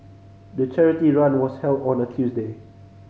the charity run was held on a Tuesday